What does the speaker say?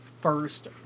first